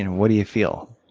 what do you feel?